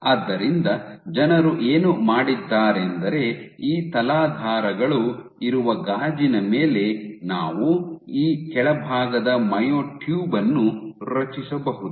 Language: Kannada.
ಆದ್ದರಿಂದ ಜನರು ಏನು ಮಾಡಿದ್ದಾರೆಂದರೆ ಈ ತಲಾಧಾರಗಳು ಇರುವ ಗಾಜಿನ ಮೇಲೆ ನಾವು ಈ ಕೆಳಭಾಗದ ಮಯೋಟ್ಯೂಬ್ ಅನ್ನು ರಚಿಸಬಹುದು